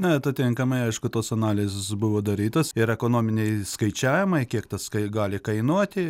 na atitinkamai aišku tos analizės buvo darytos ir ekonominiai skaičiavimai kiek tas kai gali kainuoti